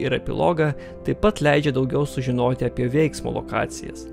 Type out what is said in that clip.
ir epilogą taip pat leidžia daugiau sužinoti apie veiksmo lokacijas